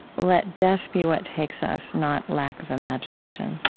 let death be what takes us, not lack of imagination.